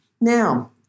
Now